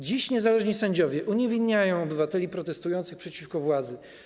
Dziś niezależni sędziowie uniewinniają obywateli protestujących przeciwko władzy.